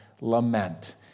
lament